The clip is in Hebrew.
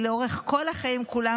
היא לאורך כל החיים כולם,